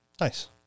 nice